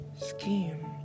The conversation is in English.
scheme